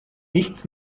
nichts